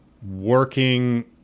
Working